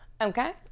Okay